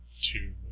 two